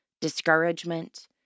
discouragement